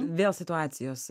vėl situacijos